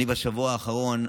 בשבוע האחרון,